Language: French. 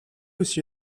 aussi